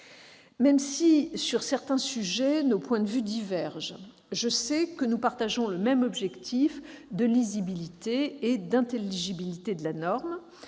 Même si, sur certains sujets, nos points de vue divergent, je sais que nous partageons le même objectif de lisibilité et d'intelligibilité de la norme,